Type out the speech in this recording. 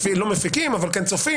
לא מפיקים, אבל כן צופים.